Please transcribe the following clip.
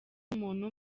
n’umuntu